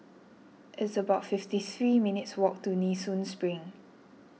it's about fifty three minutes' walk to Nee Soon Spring